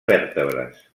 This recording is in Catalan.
vèrtebres